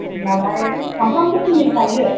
होमब्लालाय सामफ्रामबो खुलिखायो